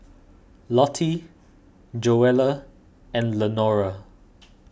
Lottie Joella and Lenora